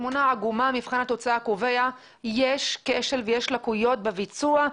התמונה עגומה מבחן התוצאה קובע שיש כשל ויש לקויות בביצוע.